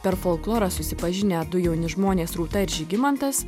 per folklorą susipažinę du jauni žmonės rūta ir žygimantas